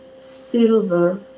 silver